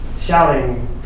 shouting